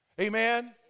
Amen